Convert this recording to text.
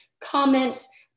comments